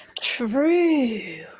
True